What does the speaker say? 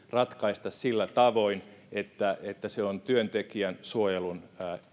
ratkaista sillä tavoin että että se on työntekijän suojelun